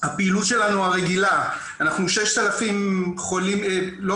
הפעילות שלנו הרגילה, אנחנו עם 6,000 מאומתים,